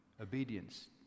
obedience